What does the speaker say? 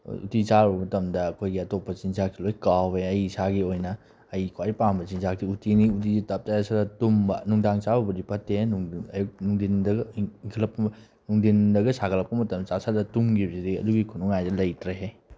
ꯎꯇꯤ ꯆꯥꯔꯨꯕ ꯃꯇꯝꯗ ꯑꯩꯈꯣꯏꯒꯤ ꯑꯇꯣꯞꯄ ꯆꯤꯟꯖꯥꯛꯁꯦ ꯂꯣꯏ ꯀꯥꯎꯋꯦ ꯑꯩ ꯏꯁꯥꯒꯤ ꯑꯣꯏꯅ ꯑꯩꯅ ꯈ꯭ꯋꯥꯏ ꯄꯥꯝꯕ ꯆꯤꯟꯖꯥꯛꯁꯦ ꯎꯇꯤꯅꯤ ꯎꯇꯤꯁꯦ ꯇꯞꯇꯥꯏ ꯆꯥꯁꯤꯜꯂ ꯇꯨꯝꯕ ꯅꯨꯡꯗꯥꯡ ꯆꯥꯕꯕꯨꯗꯤ ꯐꯠꯇꯦ ꯑꯌꯨꯛ ꯅꯨꯡꯗꯤꯜꯗꯒ ꯅꯨꯡꯗꯤꯜꯗꯒ ꯁꯥꯒꯠꯂꯛꯄ ꯃꯇꯝꯗ ꯆꯥꯁꯤꯜꯂꯒ ꯇꯨꯝꯒꯤꯕꯁꯤꯗꯤ ꯑꯗꯨꯒꯤ ꯈꯨꯅꯨꯡꯉꯥꯏꯁꯤꯗꯤ ꯂꯩꯇ꯭ꯔꯦꯍꯦ